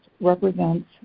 represents